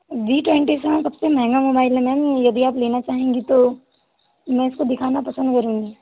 जी twenty से हाँ सबसे महंगा मोबाइल है मैम यदि आप लेना चाहेंगी तो मैं इसको दिखाना पसंद करूंगी